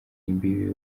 imbibi